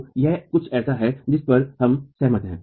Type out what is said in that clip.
तो यह कुछ ऐसा है जिस पर हम सहमत हैं